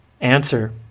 Answer